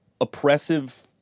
oppressive